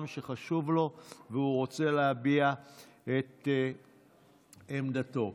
שחשוב לו והוא רוצה להביע בו את עמדתו.